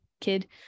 kid